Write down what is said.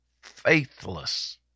faithless